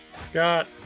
Scott